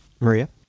Maria